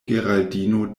geraldino